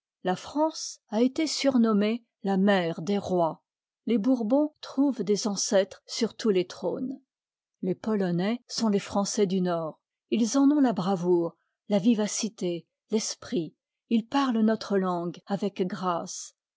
la france a été surnommée la mère des rois les bourbons trouvent des ancêtres sur tous les trônes les polonais sont les français du nord ils en ont la bravoure la vivacité l'esprit ils parlent notre langue avec grâce